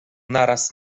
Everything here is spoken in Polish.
naraz